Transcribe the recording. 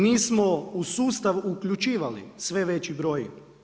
Mi smo u sustav uključivali sve veći broj.